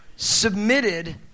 Submitted